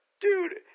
dude